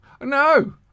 no